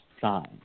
sign